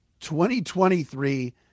2023